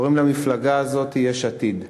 קוראים למפלגה הזאת יש עתיד.